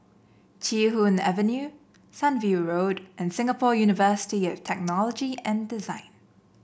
Chee Hoon Avenue Sunview Road and Singapore University of Technology and Design